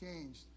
changed